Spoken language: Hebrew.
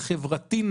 החברתי,